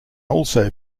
also